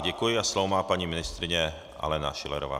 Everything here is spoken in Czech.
Děkuji a slovo má paní ministryně Alena Schillerová.